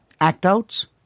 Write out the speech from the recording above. Act-outs